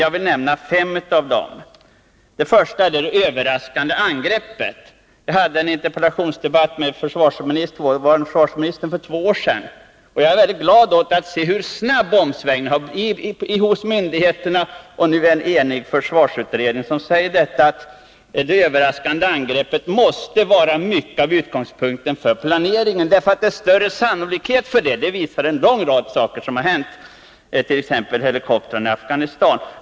Jag vill nämna fem av dem. Den första är det överraskande angreppet. Jag hade en interpellationsdebatt med dåvarande försvarsministern för två år sedan, och jag är mot den bakgrunden glad att kunna konstatera hur snabbt en omsvängning har skett hos myndigheterna och även hos försvarsutredningen. En enig försvarsutredning säger nu att det överraskande angreppet måste vara en viktig utgångspunkt för planeringen. Det är nämligen nu större sannolikhet för ett sådant. Det visar en lång rad händelser, t.ex. helikoptrarna i Afghanistan.